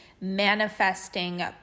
manifesting